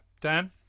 Dan